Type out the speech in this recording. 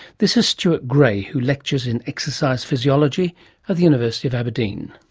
this is stuart gray who lectures in exercise physiology at the university of aberdeen.